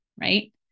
Right